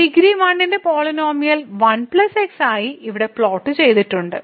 degree 1 ന്റെ polynomial 1 x ആയി ഇവിടെ പ്ലോട്ട് ചെയ്തിട്ടുണ്ട്